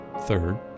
third